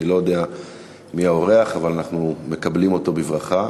אני לא יודע מי האורח אבל אנחנו מקבלים אותו בברכה.